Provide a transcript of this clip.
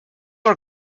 are